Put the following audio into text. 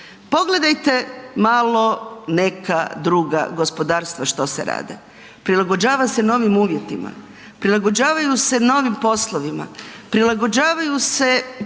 Pogledajte malo neka druga gospodarstva što sve rade. Prilagođava se novim uvjetima, prilagođavaju se novim poslovima, prilagođavaju se